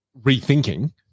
rethinking